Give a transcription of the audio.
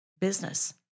business